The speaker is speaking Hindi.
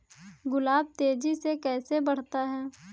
गुलाब तेजी से कैसे बढ़ता है?